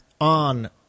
on